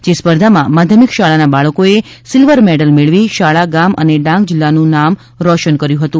જે સ્પર્ધામાં માધ્યમિક શાળાના બાળકોએ સિલ્વર મેડલ મેળવી શાળા ગામ અને ડાંગ જિલ્લાનું ગૌરવ વધાર્યું હતું